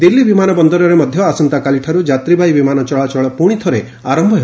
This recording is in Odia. ଦିଲ୍ଲୀ ବିମାନ ବନ୍ଦରରେ ମଧ୍ୟ ଆସନ୍ତାକାଲିଠାରୁ ଯାତ୍ରୀବାହୀ ବିମାନ ଚଳାଚଳ ପୁଣି ଥରେ ଆରମ୍ଭ ହେବ